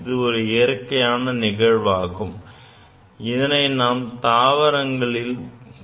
இது ஒரு இயற்கையான நிகழ்வாகும் இதனை நாம் தாவரங்களில் காண முடியும்